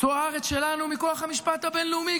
זו הארץ שלנו מכוח המשפט הבין-לאומי,